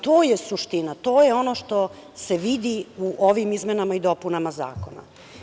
To je suština, to je ono što se vidi u ovim izmenama i dopunama zakona.